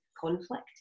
conflict